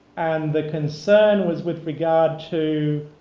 and the concern was with regard to